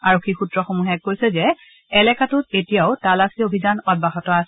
আৰক্ষী সূত্ৰসমূহে কৈছে যে এলেকাটোত এতিয়াও তালাচী অভিযান অব্যাহত আছে